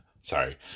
Sorry